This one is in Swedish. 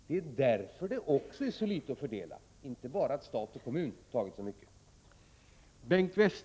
Det är också därför som det finns så litet att fördela, förutom att stat och kommun har tagit så mycket.